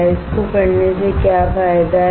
इसको करने से क्या फायदा है